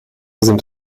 sind